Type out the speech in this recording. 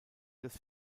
des